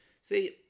See